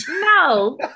No